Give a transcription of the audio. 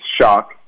shock